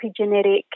epigenetic